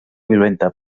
violenta